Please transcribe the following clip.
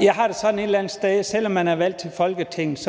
Jeg har det et eller andet sted sådan, at selv om man er valgt til Folketinget,